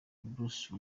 bruce